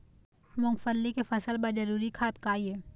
मूंगफली के फसल बर जरूरी खाद का ये?